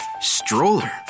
Stroller